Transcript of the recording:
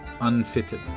unfitted